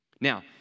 Now